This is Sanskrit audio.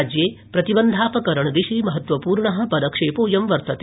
राज्ये प्रतिबन्धापकरणदिशि महत्त्वपूर्ण पदक्षेपोऽयं वर्तते